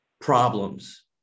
Problems